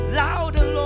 louder